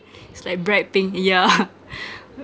it's like bright pink yeah